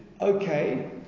Okay